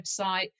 website